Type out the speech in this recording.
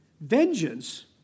Vengeance